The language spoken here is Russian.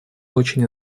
очень